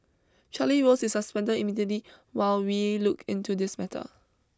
Charlie Rose is suspended immediately while we look into this matter